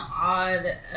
odd